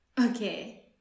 Okay